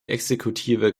exekutive